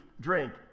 drink